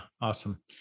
Awesome